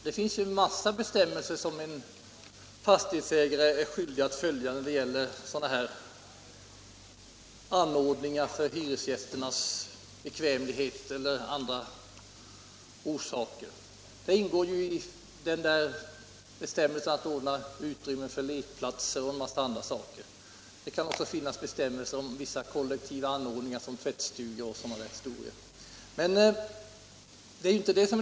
Det finns en massa bestämmelser som en fastighetsägare är skyldig att följa när det gäller anordningar för hyresgästernas bekvämlighet eller trivsel. Det finns sålunda bestämmelser om lekplatser, tvättstugor och liknande. Men skillnaden är att man när det gäller bilplatser kopplat denna skyldighet för fastighetsägaren till bostaden.